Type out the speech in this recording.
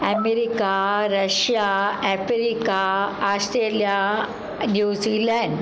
America Russia Africa Australia New Zealand